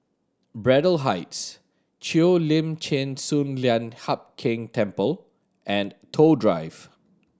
Braddell Heights Cheo Lim Chin Sun Lian Hup Keng Temple and Toh Drive